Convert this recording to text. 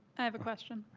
i have a question.